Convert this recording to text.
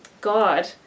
God